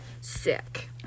Sick